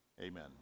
Amen